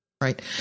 Right